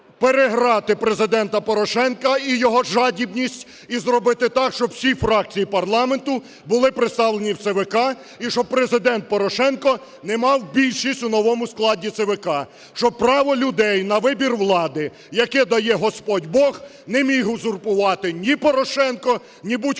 переграти Президента Порошенка і його жадібність і зробити так, щоб всі фракції парламенту були представлені в ЦВК. І щоб Президент Порошенко не мав більшість в новому складі ЦВК. Щоб право людей на вибір влади, яке дає Господь Бог, не міг узурпувати ні Порошенко, ні будь-хто